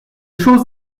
choses